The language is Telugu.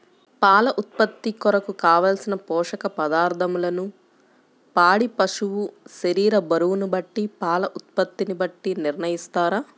పాల ఉత్పత్తి కొరకు, కావలసిన పోషక పదార్ధములను పాడి పశువు శరీర బరువును బట్టి పాల ఉత్పత్తిని బట్టి నిర్ణయిస్తారా?